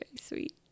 sweet